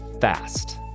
fast